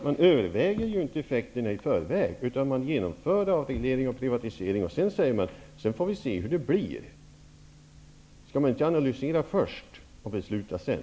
Man överväger inte effekterna i förväg, utan genomför avreglering och privatisering och säger därefter: Sedan får vi se hur det blir. Skall man inte analysera först och besluta sedan?